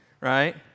right